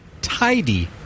tidy